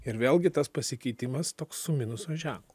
ir vėlgi tas pasikeitimas toks su minuso ženklu